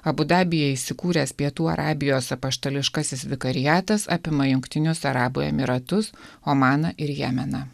abu dabyje įsikūręs pietų arabijos apaštališkasis vikariatas apima jungtinius arabų emyratus omaną ir jemeną